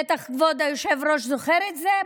בטח כבוד היושב-ראש זוכר את זה,